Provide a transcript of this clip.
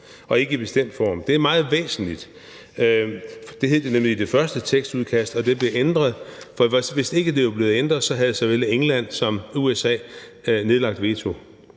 og ikke i bestemt form. Det er meget væsentligt. Det stod der nemlig i det første tekstudkast, og det blev ændret, for hvis ikke det var blevet ændret, havde såvel England som USA nedlagt veto.